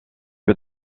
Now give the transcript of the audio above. peu